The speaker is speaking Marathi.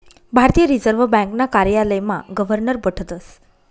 भारतीय रिजर्व ब्यांकना कार्यालयमा गवर्नर बठतस